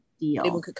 deal